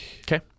okay